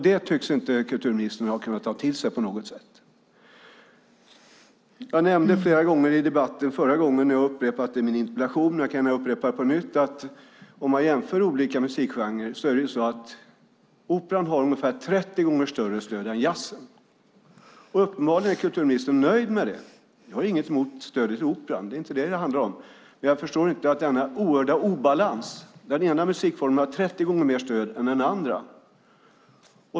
Det tycks kulturministern inte ha kunnat ta till sig på något sätt. Jag nämnde flera gånger i debatten förra gången, jag har upprepat det i min interpellation och jag kan gärna upprepa det på nytt att om man jämför olika musikgenrer ser man att operan har ungefär 30 gånger större stöd än jazzen. Uppenbarligen är kulturministern nöjd med det. Jag har inget emot stödet till operan, det är inte det som det handlar om, men jag förstår inte denna oerhörda obalans där den ena musikformen har 30 gånger mer stöd än den andra.